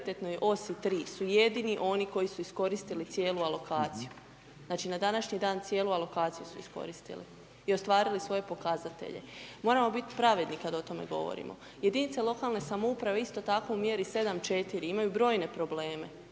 osi 3 su jedini oni koji su iskoristili cijelu alokaciju, znači na današnji dan, cijelu alokaciju su iskoristili. I ostvarili svoje pokazatelje. Moramo biti pravedni kad o tome govorimo. Jedinice lokalne samouprave isto tako u mjeri 7.4, imaju brojne probleme